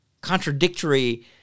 contradictory